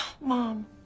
Mom